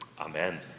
amen